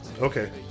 Okay